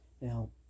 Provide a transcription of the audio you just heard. Now